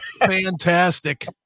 Fantastic